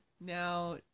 Now